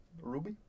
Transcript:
Ruby